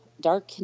dark